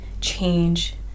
change